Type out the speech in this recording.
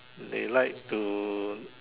they like to